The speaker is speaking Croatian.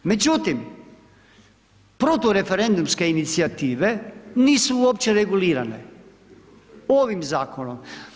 Međutim, protureferendumske inicijative nisu uopće regulirane ovim zakonom.